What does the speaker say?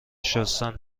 شستن